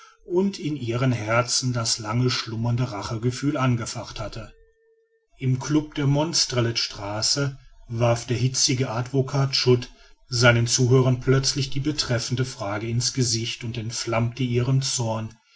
und in ihrem herzen das lange schlummernde rachegefühl angefacht hatte im club der monstrelet straße warf der hitzige advocat schut seinen zuhörern plötzlich die betreffende frage in's gesicht und entflammte ihren zorn